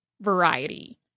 variety